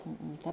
mm mm